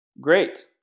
great